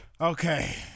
Okay